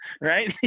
right